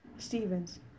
Stevens